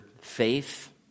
faith